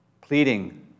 pleading